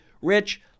Rich